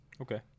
Okay